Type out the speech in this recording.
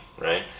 right